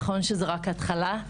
נכון שזו רק ההתחלה.